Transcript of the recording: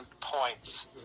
points